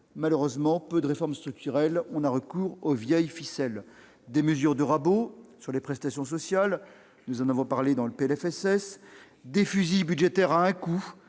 malheureusement peu de réformes structurelles et un recours aux vieilles ficelles : des mesures de rabot sur les prestations sociales, déjà évoquées lors du PLFSS ; des « fusils budgétaires à un coup